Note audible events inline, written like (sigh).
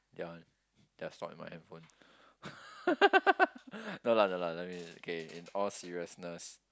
yeah they are stored in my handphone (laughs) no lah no lah joking okay in all seriousness